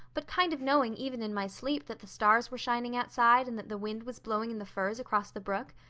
but kind of knowing even in my sleep that the stars were shining outside and that the wind was blowing in the firs across the brook.